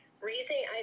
raising